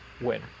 win